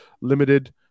limited